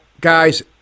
guys